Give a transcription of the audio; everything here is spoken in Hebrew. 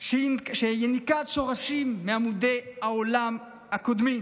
שיניקת שורשים מעמודי העולם הקודמים